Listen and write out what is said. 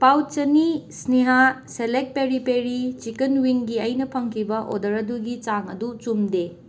pouch ꯑꯅꯤ ꯁ꯭ꯅꯦꯍꯥ ꯁꯦꯂꯦꯛ peri peri chicken ꯋꯤꯡꯒꯤ ꯑꯩꯅ ꯐꯪꯈꯤꯕ ꯑꯣꯗꯔ ꯑꯗꯨꯒꯤ ꯆꯥꯡ ꯑꯗꯨ ꯆꯨꯝꯗꯦ